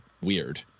weird